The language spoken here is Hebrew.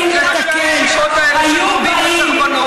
לראשי הישיבות האלה שקוראים לסרבנות.